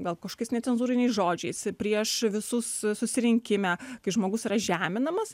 gal kažkokiais necenzūriniais žodžiais prieš visus susirinkime kai žmogus yra žeminamas